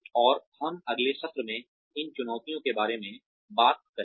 और हम अगले सत्र में इन चुनौतियों के बारे में बात करेंगे